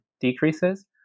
decreases